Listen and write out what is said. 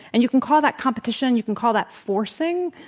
and you can call that competition, you can call that forcing,